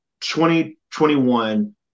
2021